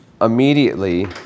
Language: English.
immediately